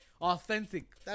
Authentic